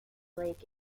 lake